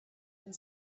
and